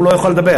הוא לא יוכל לדבר.